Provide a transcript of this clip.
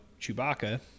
Chewbacca